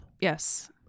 yes